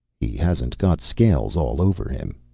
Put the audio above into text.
he hasn't got scales all over him,